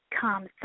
come